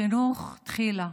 חינוך תחילה,